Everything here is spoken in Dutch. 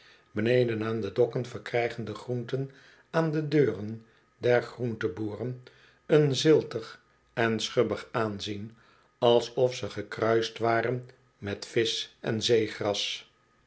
beneden aan de dokken verkrijgen de groenten aan de deuren der groenboeren een ziltig en schubbig aanzien alsof ze gekruist waren met visch en zeegras